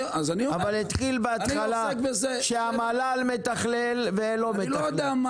אבל התחיל בהתחלה שהמל"ל מתכלל ולא מתכלל,